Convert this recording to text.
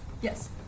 Yes